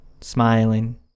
smiling